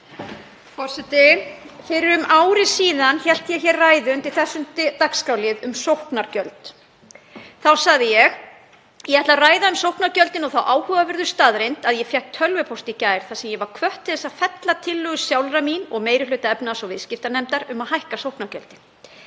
Forseti. Fyrir um ári síðan hélt ég ræðu undir þessum dagskrárlið um sóknargjöld. Þá sagði ég: „Ég ætla að ræða um sóknargjöldin og þá áhugaverðu staðreynd að ég fékk tölvupóst í gær þar sem ég var hvött til þess að fella tillögu sjálfrar mín og meiri hluta efnahags- og viðskiptanefndar um að hækka sóknargjöldin